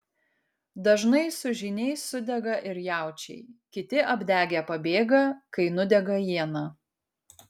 dažnai su žyniais sudega ir jaučiai kiti apdegę pabėga kai nudega iena